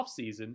offseason